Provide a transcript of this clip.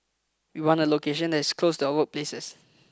we want a location that is close to our workplaces